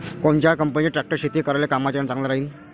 कोनच्या कंपनीचा ट्रॅक्टर शेती करायले कामाचे अन चांगला राहीनं?